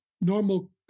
normal